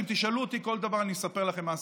אם תשאלו אותי, אני אספר לכם כל מה שעשיתי.